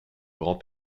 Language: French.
grand